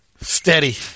Steady